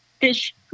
fish